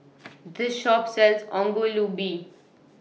This Shop sells Ongol Ubi